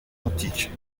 antique